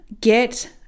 get